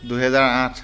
দুহেজাৰ আঠ